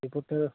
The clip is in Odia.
ଏପଟେ